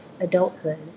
adulthood